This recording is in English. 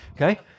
okay